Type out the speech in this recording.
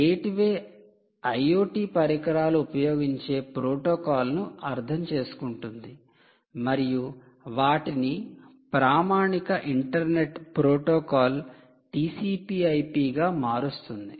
gateway IoT పరికరాలు ఉపయోగించే protocol ను అర్థం చేసుకుంటుంది మరియు వాటిని ప్రామాణిక ఇంటర్నెట్ ప్రోటోకాల్ TCP IP గా మారుస్తుంది